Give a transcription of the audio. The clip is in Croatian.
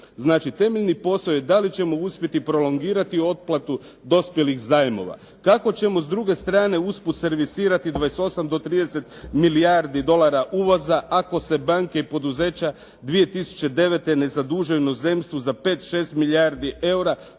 Znači, temeljni posao je da li ćemo uspjeti prolongirati otplatu dospjelih zajmova. Kako ćemo s druge strane usput servisirati 28 do 30 milijardi dolara uvoza ako se banke i poduzeća 2009. ne zaduže u inozemstvu za 5, 6 milijardi eura.